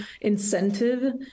incentive